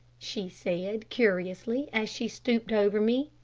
she said, curiously, as she stooped over me.